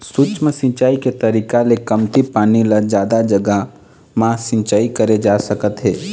सूक्ष्म सिंचई के तरीका ले कमती पानी ल जादा जघा म सिंचई करे जा सकत हे